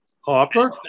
Harper